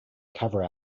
cover